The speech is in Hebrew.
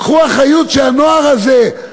קחו אחריות שהנוער הזה,